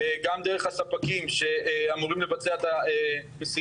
גם דרך הספקים שאמורים לבצע את המשימה,